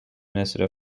minister